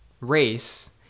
race